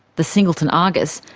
the singleton argus,